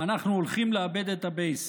אנחנו הולכים לאבד את הבייס.